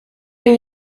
een